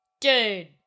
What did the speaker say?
Dude